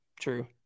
True